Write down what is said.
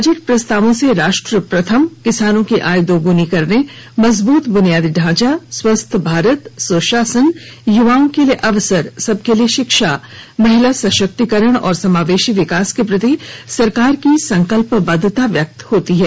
budget प्रस्तावों से राष्ट्र प्रथम किसानों की आय दोगुनी करने मजबूत बुनियादी ढांचा स्वस्थ भारत सुशासन युवाओं के लिए अवसर सबके लिए शिक्षा महिला सशक्तीकरण और समावेशी विकास के प्रति सरकार की संकलपबद्धता व्यक्त होती है